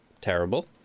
terrible